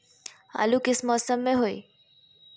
आलू किस मौसम में होई?